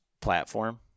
platform